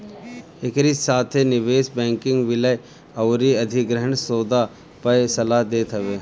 एकरी साथे निवेश बैंकिंग विलय अउरी अधिग्रहण सौदा पअ सलाह देत हवे